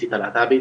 האוטיסטית הלהט"בית